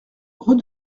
rue